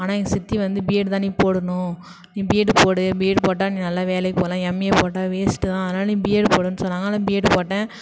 ஆனால் எங்கள் சித்தி வந்து பிஏட் தான் நீ போடணும் நீ பிஏட் போடு பிஏட் போட்டால் நீ நல்லா வேலைக்கு போகலாம் எம்ஏ போட்டால் வேஸ்ட் தான் அதனால் நீ பிஏட் போடுன்னு சொன்னாங்க அதனால் பிஏட் போட்டேன்